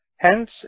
Hence